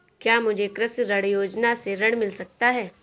क्या मुझे कृषि ऋण योजना से ऋण मिल सकता है?